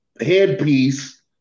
headpiece